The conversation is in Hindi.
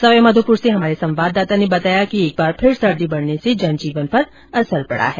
सवाई माधोपुर से हमारे संवाददाता ने बताया कि एब बार फिर सर्दी बढ़ने से जन जीवन पर असर पड़ा है